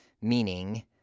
meaning